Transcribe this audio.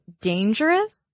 dangerous